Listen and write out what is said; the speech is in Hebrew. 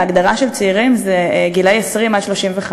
ההגדרה של צעירים זה גילאי 20 35,